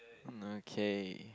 mm okay